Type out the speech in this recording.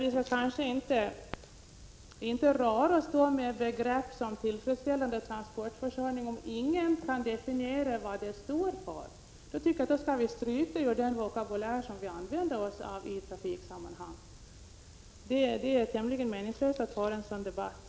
Vi kanske inte borde röra oss med begrepp som tillfredsställande transportförsörjning om ingen kan definiera vad det står för. Då tycker jag att vi kan stryka den vokabulären i trafiksammanhang. Det är tämligen meningslöst att föra en debatt i sådana termer.